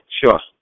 sure